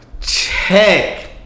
Check